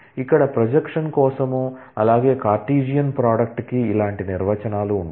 ఇక్కడ ప్రొజెక్షన్ కోసం అలాగే కార్టేసియన్ ప్రోడక్ట్ కి ఇలాంటి నిర్వచనాలు ఉంటాయి